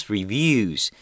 Reviews